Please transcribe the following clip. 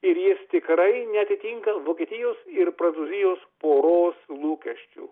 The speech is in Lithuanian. ir jis tikrai neatitinka vokietijos ir prancūzijos poros lūkesčių